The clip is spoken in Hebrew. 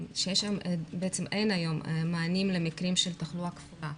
שאין היום מענים למקרים של תחלואה כפולה,